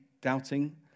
doubting